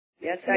Yes